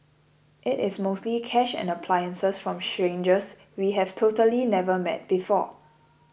it is mostly cash and appliances from strangers we have totally never met before